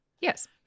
Yes